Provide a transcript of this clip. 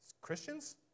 Christians